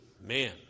man